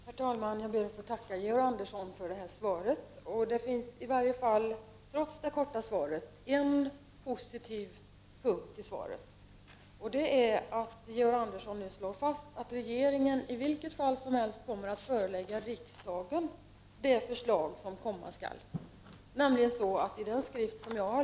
Herr talman! Jag ber att få tacka Georg Andersson för svaret. Trots att det var kort innehöll det ändå en positiv punkt, nämligen att Georg Andersson nu slår fast att regeringen i vilket fall som helst kommer att framlägga det förslag som komma skall inför riksdagen.